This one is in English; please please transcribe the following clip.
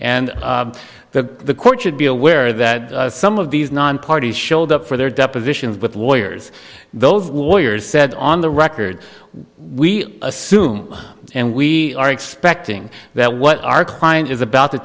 and the court should be aware that some of these non parties showed up for their depositions with lawyers those lawyers said on the record we assume and we are expecting that what our client is about to